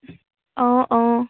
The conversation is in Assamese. অঁ অঁ